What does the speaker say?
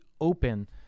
open